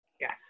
Yes